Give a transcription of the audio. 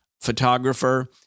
photographer